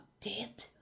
Dead